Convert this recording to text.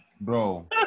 bro